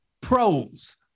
pros